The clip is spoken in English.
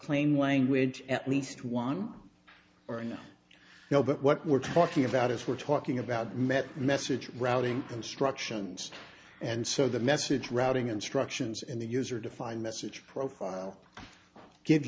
plain language at least one or no no but what we're talking about is we're talking about met message routing instructions and so the message routing instructions in the user define message profile give